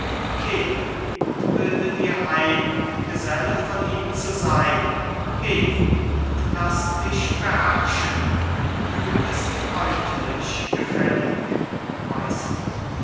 und bilde dir ein geselle von ihm zu sein geh und laß dich beherrschen du bist freundlich gefällig